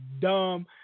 dumb